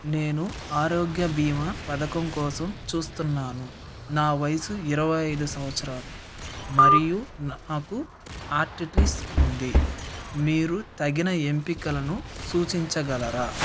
నేను ఆరోగ్య బీమా పథకం కోసం చూస్తున్నాను నా వయస్సు ఇరవై ఐదు సంవత్సరాలు మరియు నాకు ఆర్థరైటీస్ ఉంది మీరు తగిన ఎంపికలను సూచించగలరా